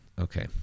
okay